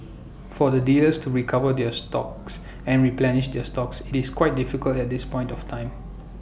for the dealers to recover their stocks and replenish their stocks IT is quite difficult at this point of time